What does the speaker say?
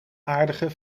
aardige